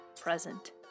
present